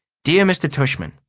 dear mr. tushman,